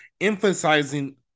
emphasizing